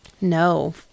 No